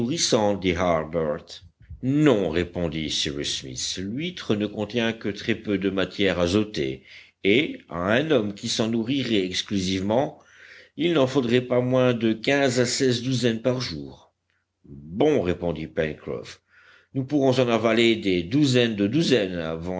non répondit cyrus smith l'huître ne contient que très peu de matière azotée et à un homme qui s'en nourrirait exclusivement il n'en faudrait pas moins de quinze à seize douzaines par jour bon répondit pencroff nous pourrons en avaler des douzaines de douzaines